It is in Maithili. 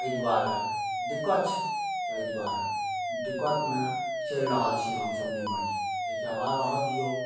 एहि दुआरे दिक्कत छै ताहि दुआरे दिक्कतमे चलि रहल छी हमसभ निमाहि ताहिके बाद रहऽ दिऔ